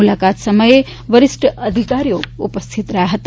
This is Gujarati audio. મુલાકાતે સમય વરિષ્ઠ અધિકારીઓ ઉપસ્થિત રહ્યા હતા